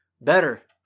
Better